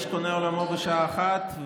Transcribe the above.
יש קונה עולמו בשעה אחת,